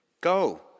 Go